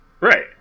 Right